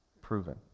proven